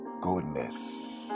goodness